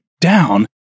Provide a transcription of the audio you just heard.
down